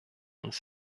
uns